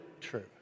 true